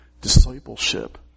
discipleship